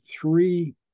three